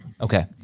Okay